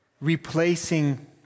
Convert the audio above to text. replacing